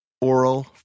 Oral